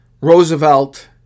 Roosevelt